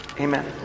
amen